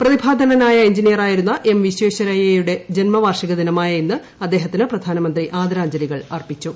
പ്രതിഭാധനനായ എൻജിനീയറായിരുന്ന എം വിശ്വേശ്വരയ്യരുടെ ജന്മവാർഷിക ദിനമായ ഇന്ന് അദ്ദേഹത്തിന് പ്രധാനമന്ത്രി ആദരാഞ്ജലികൾ അർപ്പിച്ചു